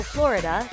Florida